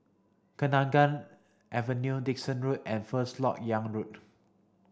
Kenanga Avenue Dickson Road and First Lok Yang Road